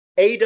AW